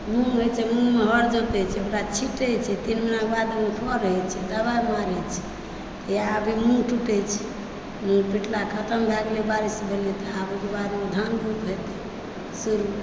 मुङ होइ छै मुङमे ओकरा हर जोतै छै छिटै छै तिन महिनाके बादमे होइ सी दवाइ मारै छै इएह भेल मुङ टुटै छै मुङ टुटला खतम भेलै बारिश भेलै तऽ ओकरा बाद धान रोपल भऽ जायत शुरू